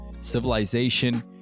civilization